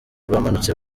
bamanutse